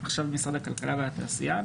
עכשיו במשרד הכלכלה והתעשייה,